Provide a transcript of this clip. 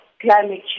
climate